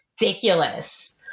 ridiculous